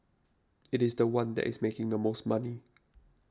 it is the one that is making the most money